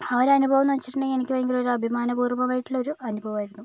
ആ ഒരനുഭവം എന്നു വെച്ചിട്ടുണ്ടെങ്കിൽ എനിക്ക് ഭയങ്കര ഒരു അഭിമാനപൂർവ്വമായിട്ടുള്ളൊരു അനുഭവമായിരുന്നു